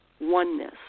oneness